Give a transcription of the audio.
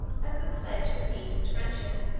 as the pledge of peace and friendship,